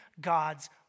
God's